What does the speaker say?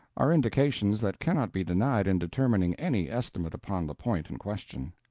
are indications that cannot be denied in determining any estimate upon the point in question.